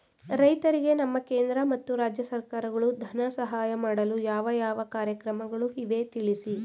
ರೈತರಿಗೆ ನಮ್ಮ ಕೇಂದ್ರ ಮತ್ತು ರಾಜ್ಯ ಸರ್ಕಾರಗಳು ಧನ ಸಹಾಯ ಮಾಡಲು ಯಾವ ಯಾವ ಕಾರ್ಯಕ್ರಮಗಳು ಇವೆ ತಿಳಿಸಿ?